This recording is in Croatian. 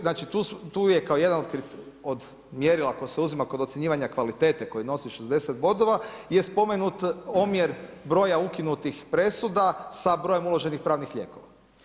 Znači, tu je kao jedan od mjerila koji se uzima kod ocjenjivanja kvalitete koji nosi 60 bodova je spomenut omjer broja ukinutih presuda sa brojem uloženih pravnih lijekova.